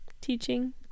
Teaching